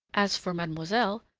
as for mademoiselle,